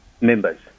members